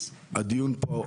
הצעה לדיון מהיר